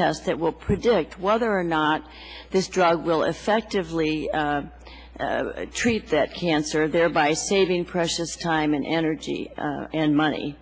that will predict whether or not this drug will effectively treat that cancer thereby saving precious time and energy and money